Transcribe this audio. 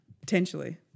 Potentially